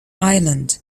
ireland